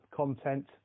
content